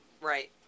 right